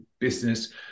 business